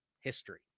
history